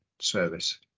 service